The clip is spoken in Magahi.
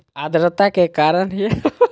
आद्रता के कारण ही हवा में जलवाष्प विद्यमान रह हई